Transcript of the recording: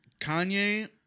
Kanye